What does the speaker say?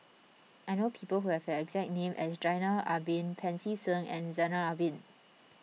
I know people who have the exact name as Zainal Abidin Pancy Seng and Zainal Abidin